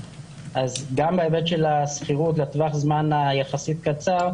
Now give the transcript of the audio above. אז גם בהיבט של השכירות לטווח הזמן היחסית קצר,